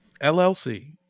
LLC